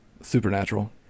Supernatural